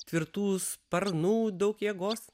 tvirtų sparnų daug jėgos